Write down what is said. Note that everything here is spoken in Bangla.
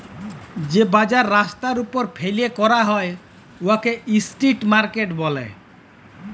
যে বাজার রাস্তার উপর ফ্যাইলে ক্যরা হ্যয় উয়াকে ইস্ট্রিট মার্কেট ব্যলে